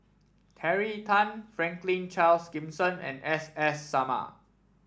Terry Tan Franklin Charles Gimson and S S Sarma